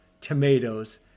tomatoes